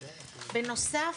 בנוסף,